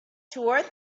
toward